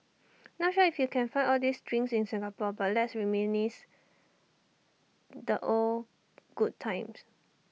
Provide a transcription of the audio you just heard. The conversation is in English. not sure if you can find all these drinks in Singapore but let's reminisce the old good times